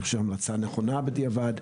אני חושב שזו החלטה נכונה בדיעבד,